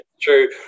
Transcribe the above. true